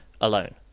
alone